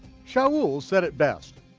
saul said it best,